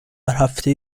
هفته